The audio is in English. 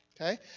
okay